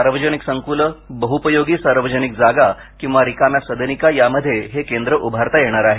सार्वजनिक संक्लं बहुपयोगी सार्वजनिक जागा किंवा रिकाम्या सदनिका यामध्ये हे केंद्र उभारता येणार आहे